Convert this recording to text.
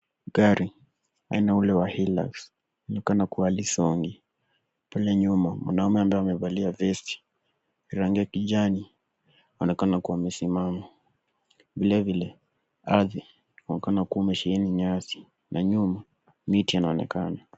Gari aina ule wa Hilux inaonekana kuwa halisongi pale nyuma mwanaume ambaye amevalia vesti rangi ya kijani anaonekana kuwa amesimama ,vile vile ardhi inaonekana kuwa yamesheni nyasi na nyuma miti yanaonekana.